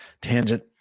tangent